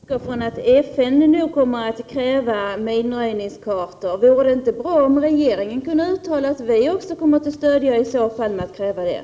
Fru talman! Biståndsministern utgår från att FN kommer att kräva minröjningskartor. Vore det inte bra om regeringen kunde uttala att vi också kommer att stödja det kravet?